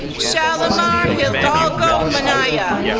shalimar hildogo minaya,